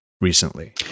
recently